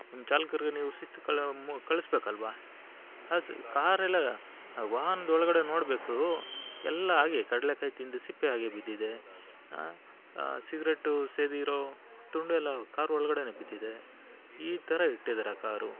ನಿಮ್ಮ ಚಾಲಕರಿಗೆ ನೀವು ಶಿಸ್ತು ಕಲ ಮ್ ಕಲಿಸಬೇಕಲ್ವಾ ಹಾಂ ಸರ್ ಕಾರೆಲ್ಲ ಆ ವಾಹನದೊಳಗಡೆ ನೋಡಬೇಕು ಎಲ್ಲ ಹಾಗೇ ಕಡ್ಲೆಕಾಯಿ ತಿಂದ ಸಿಪ್ಪೆ ಹಾಗೇ ಬಿದ್ದಿದೆ ಸಿಗ್ರೇಟು ಸೇದಿರೋ ತುಂಡು ಎಲ್ಲ ಕಾರು ಒಳಗಡೆನೇ ಬಿದ್ದಿದೆ ಈ ಥರ ಇಟ್ಟಿದ್ದಾರೆ ಕಾರು